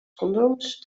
condooms